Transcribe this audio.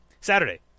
Saturday